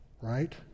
Right